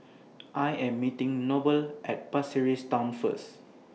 I Am meeting Noble At Pasir Ris Town First